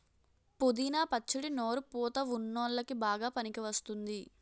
పుదీనా పచ్చడి నోరు పుతా వున్ల్లోకి బాగా పనికివస్తుంది